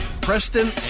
Preston